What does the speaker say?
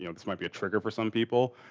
you know, this might be a trigger for some people.